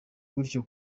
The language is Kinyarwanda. gutyo